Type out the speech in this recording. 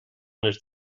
les